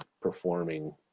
performing